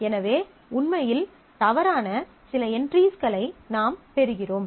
எனவே உண்மையில் தவறான சில என்ட்ரிஸ்களை நாம் பெறுகிறோம்